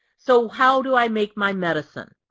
so how do i make my medicine?